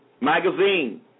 magazine